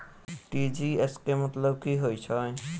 TGS केँ मतलब की हएत छै?